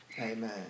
Amen